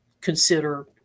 consider